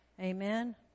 Amen